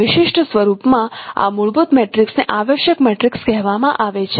આ વિશિષ્ટ સ્વરૂપ માં આ મૂળભૂત મેટ્રિક્સને આવશ્યક મેટ્રિક્સ કહેવામાં આવે છે